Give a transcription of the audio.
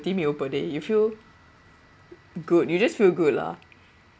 meal per day you feel good you just feel good lah